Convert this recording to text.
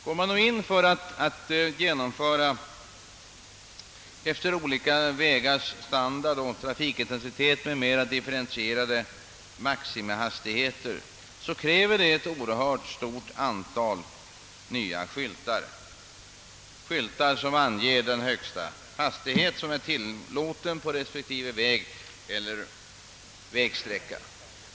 Går man då in för att genomföra efter olika vägars standard, trafikintensitet m.m. differentierade maximihastigheter, så kräver det ett oerhört stort antal nya skyltar, som anger den högsta hastighet som är tillåten på respektive väg eller vägsträcka.